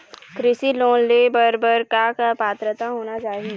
कृषि लोन ले बर बर का का पात्रता होना चाही?